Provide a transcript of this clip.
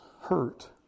hurt